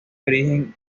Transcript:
orígenes